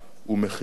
ייקבע בהתאם.